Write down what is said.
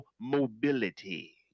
mobility